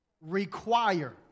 Require